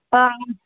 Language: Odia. ତ